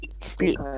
Sleep